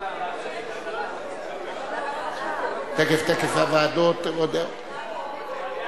מי עוד ועדתו לא נשמעה?